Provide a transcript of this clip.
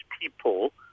people